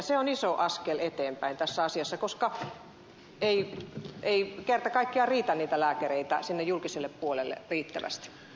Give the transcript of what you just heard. se on iso askel eteenpäin tässä asiassa koska ei kerta kaikkiaan riitä niitä lääkäreitä sinne julkiselle puolelle riittävästi